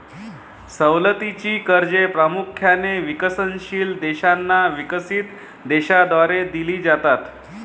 सवलतीची कर्जे प्रामुख्याने विकसनशील देशांना विकसित देशांद्वारे दिली जातात